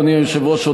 אדוני היושב-ראש,